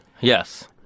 Yes